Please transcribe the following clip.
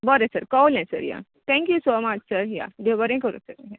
बरे सर कोवले सर या थेंक्यू सो मच सर या देव बरें करू या